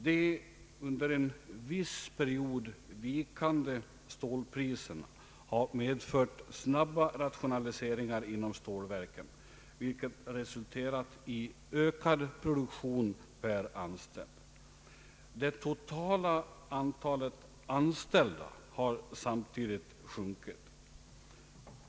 De under en viss period vikande stålpriserna har medfört snabba rationaliseringar inom stålverken, vilket resulterat i ökad produktion per anställd. Det totala antalet anställda har samtidigt sjunkit.